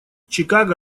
чикаго